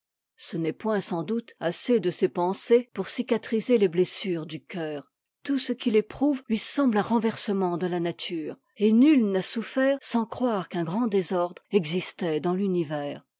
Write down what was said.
ce n'est point sans doute assez de ces pensées pour cicatriser les blessures du eceur tout ce qu'i éprouve lui semble un renversement de la nature et nul n'a souffert sans croire qu'un grand désordre existait dans l'univers